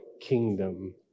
kingdom